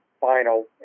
final